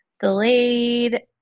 delayed